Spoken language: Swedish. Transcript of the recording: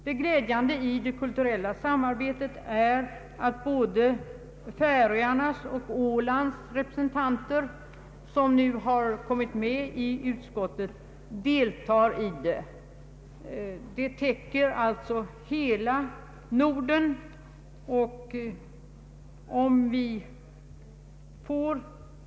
Det glädjande i det kulturella samarbetet är att både Färöarnas och Ålands representanter, som nu har kommit med i utskottet, deltar i detta arbete som alltså nu täcker hela Norden.